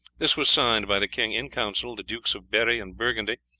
this was signed by the king in council, the dukes of berri and burgundy,